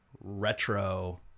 retro